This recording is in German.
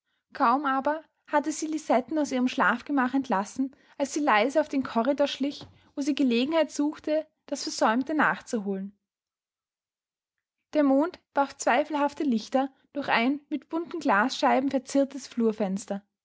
kaum aber hatte sie lisetten aus ihrem schlafgemach entlassen als sie leise auf den corridor schlich wo sie gelegenheit suchte das versäumte nachzuholen der mond warf zweifelhafte lichter durch ein mit bunten glasscheiben verziertes